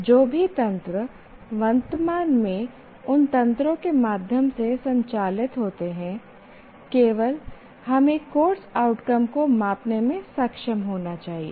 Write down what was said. जो भी तंत्र वर्तमान में उन तंत्रों के माध्यम से संचालित होते हैं केवल हमें कोर्स आउटकम को मापने में सक्षम होना चाहिए